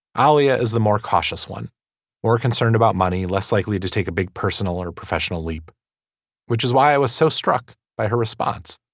ah alia is the more cautious one or concerned about money less likely to take a big personal or professional leap which is why i was so struck by her response.